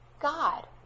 God